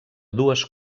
dues